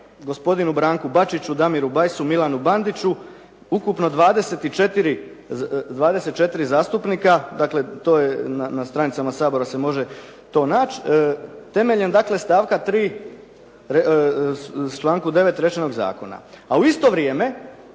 gospodinu Branku Bačiću, Damiru Bajsu, Milanu Bandiću, ukupno 24 zastupnika, dakle to je na stranicama Sabora se može to naći temeljem, dakle stavka 3. članku 9. rečenog zakona. A u isto vrijeme